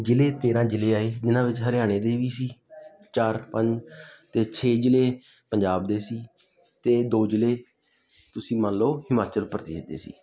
ਜ਼ਿਲ੍ਹੇ ਤੇਰ੍ਹਾਂ ਜ਼ਿਲ੍ਹੇ ਆਏ ਜਿਹਨਾਂ ਵਿੱਚ ਹਰਿਆਣੇ ਦੇ ਵੀ ਸੀ ਚਾਰ ਪੰਜ ਅਤੇ ਛੇ ਜ਼ਿਲ੍ਹੇ ਪੰਜਾਬ ਦੇ ਸੀ ਅਤੇ ਦੋ ਜ਼ਿਲ੍ਹੇ ਤੁਸੀਂ ਮੰਨ ਲਉ ਹਿਮਾਚਲ ਪ੍ਰਦੇਸ਼ ਦੇ ਸੀ